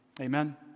Amen